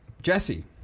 Jesse